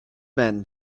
man